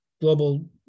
global